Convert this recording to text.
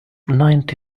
ninety